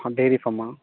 dairy pharma